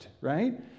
right